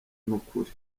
n’ukuri